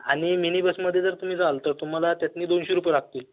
आणि मिनी बसमध्ये जर तुम्ही जाल तर तुम्हाला त्यातनी दोनशे रुपये लागतील